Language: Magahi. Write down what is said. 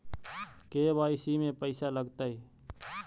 के.वाई.सी में पैसा लगतै?